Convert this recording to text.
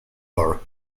her